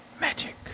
Magic